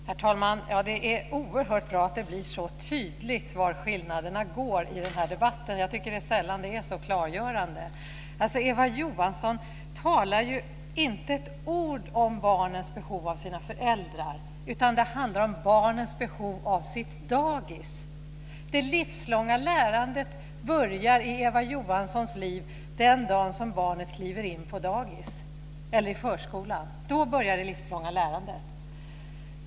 Herr talman! Det är oerhört bra att det blir så tydligt var skillnaderna går i den här debatten. Jag tycker att det sällan är så klargörande. Eva Johansson talar inte ett ord om barnens behov av sina föräldrar, utan det handlar om barnens behov av sitt dagis. Det livslånga lärandet börjar i Eva Johanssons liv den dagen som barnet kliver in på dagis eller i förskolan. Då börjar det livslånga lärandet.